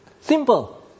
Simple